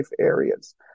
areas